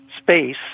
space